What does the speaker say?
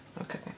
Okay